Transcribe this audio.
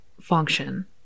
function